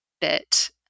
bit